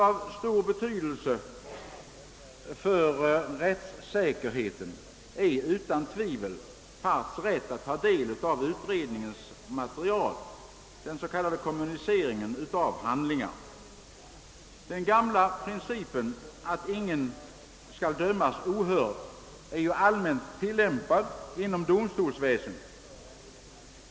Av stor betydelse för rättssäkerheten är utan tvivel parts rätt att ta del av ut redningars material, den s.k. kommuniceringen av handlingar. Den gamla principen att »ingen skall dömas ohörd» är ju allmänt tillämpad inom domstolsväsendet.